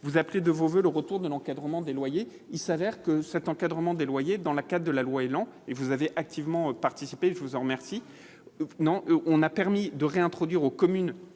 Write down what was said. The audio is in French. vous appelez de vos voeux le retour de l'encadrement des loyers, il s'avère que cet encadrement des loyers dans la carte de la loi élan et vous avez activement participé, je vous en remercie, non on a permis de réintroduire aux communes